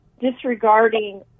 disregarding